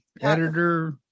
editor